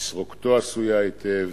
תסרוקתו עשויה היטב,